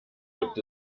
gibt